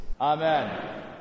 Amen